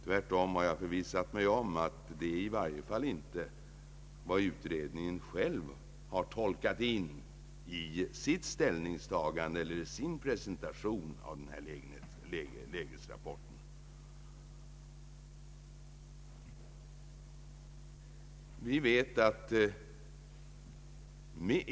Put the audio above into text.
Tvärtom har jag förvissat mig om att det i varje fall inte är vad utredningen själv har tolkat in i sin presentation av denna lägesrapport.